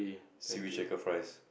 seaweed shaker fries